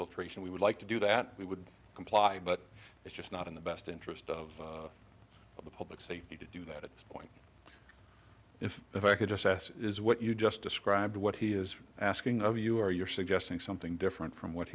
infiltration we would like to do that we would comply but it's just not in the best interest of the public safety to do that at this point if if i could just ask is what you just described what he is asking of you are you're suggesting something different from what